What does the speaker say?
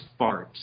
farts